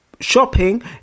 shopping